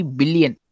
billion